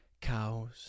cows